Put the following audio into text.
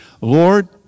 Lord